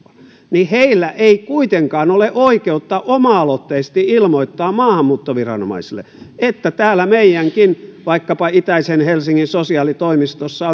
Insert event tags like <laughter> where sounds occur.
niin heillä ei kuitenkaan ole oikeutta oma aloitteisesti ilmoittaa maahanmuuttoviranomaisille että täällä meilläkin vaikkapa itäisen helsingin sosiaalitoimistossa <unintelligible>